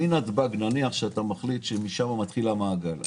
נניח שהוחלט שמנתב"ג מתחיל המעגל.